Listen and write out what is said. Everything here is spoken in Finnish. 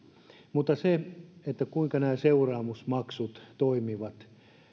mutta kuinka nämä seuraamusmaksut toimivat